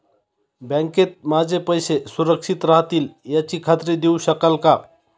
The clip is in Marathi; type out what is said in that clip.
बँकेत माझे पैसे सुरक्षित राहतील याची खात्री देऊ शकाल का?